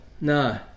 no